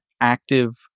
active